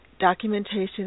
documentation